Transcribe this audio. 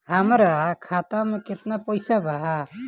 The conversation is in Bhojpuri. हमरा खाता में केतना पइसा बा?